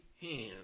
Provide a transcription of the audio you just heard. hand